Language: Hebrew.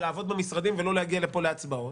לעבוד במשרדים ולא להגיע לפה להצבעות?